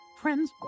Friends